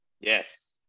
Yes